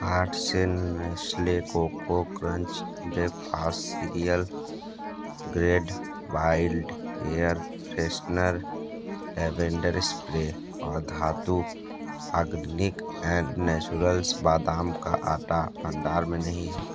cart से Nestle Koko Krunch वेबफास cereal grade wild air freshener lavender spray और धातु आगद्दनीक एन नैचुरल्स बादाम का आटा भंडार में नहीं